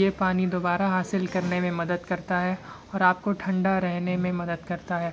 یہ پانی دوبارہ حاصل کرنے میں مدد کرتا ہے اور آپ کو ٹھنڈا رہنے میں مدد کرتا ہے